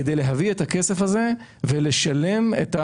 כדי לשלם את ההטבות,